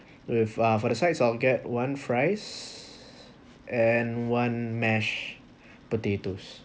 with uh for the sides I'll get one fries and one mash potatoes